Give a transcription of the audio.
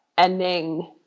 Ending